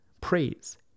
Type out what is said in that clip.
praise